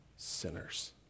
Sinners